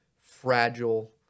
fragile